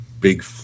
big